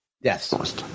Yes